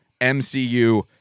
MCU